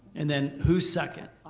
and then who's second?